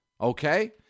Okay